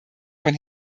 von